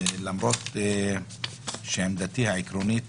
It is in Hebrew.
למרות שעמדתי העקרונית